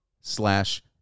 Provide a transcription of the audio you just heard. slash